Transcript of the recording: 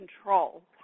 control